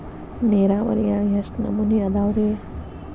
ನೇರಾವರಿಯಾಗ ಎಷ್ಟ ನಮೂನಿ ಅದಾವ್ರೇ?